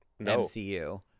MCU